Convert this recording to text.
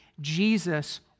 Jesus